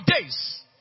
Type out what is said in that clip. days